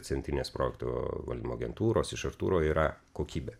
centrinės projektų valdymo agentūros iš artūro yra kokybė